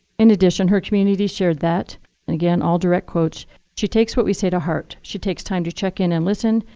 in addition, her community shared that again, all direct quotes she takes what we say to heart. she takes time to check in and listen.